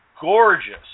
gorgeous